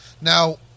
Now